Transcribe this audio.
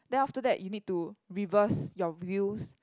then after that you need to reverse your wheels